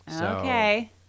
Okay